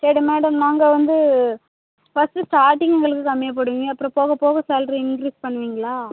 சரி மேடம் நாங்கள் வந்து ஃபர்ஸ்டு ஸ்டார்டிங் எங்களுக்கு கம்மியாக போடுவீங்க அப்புறம் போக போக சாலரி இன்கிரீஸ் பண்ணுவீங்களா